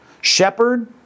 Shepherd